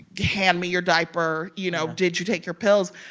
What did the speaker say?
hand me your diaper, you know? did you take your pills?